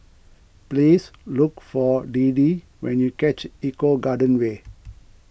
please look for Deedee when you reach Eco Garden Way